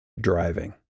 driving